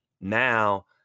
Now